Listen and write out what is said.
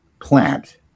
plant